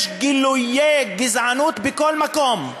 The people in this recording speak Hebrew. יש גילויי גזענות בכל מקום.